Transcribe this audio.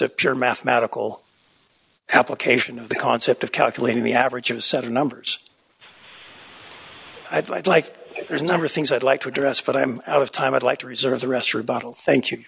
a pure mathematical application of the concept of calculating the average of seven numbers i'd like there's a number of things i'd like to address but i'm out of time i'd like to reserve the rest for a bottle thank you